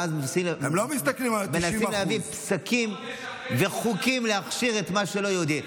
ואז מנסים להביא פסקים וחוקים להכשיר את מה שלא יהודי.